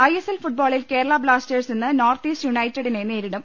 ISL ഫുട്ബോളിൽ Kerala Blasters ഇന്ന് North East യുണൈറ്റഡിനെ നേരിടും